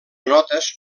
notes